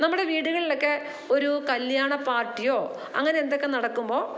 നമ്മുടെ വീടുകളിലക്കെ ഒരു കല്യാണ പാർട്ടിയോ അങ്ങനെ എന്തൊക്കെ നടക്കുമ്പോൾ